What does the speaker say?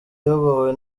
iyobowe